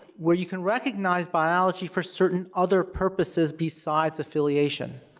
where you can recognize biology for certain other purposes besides affiliation.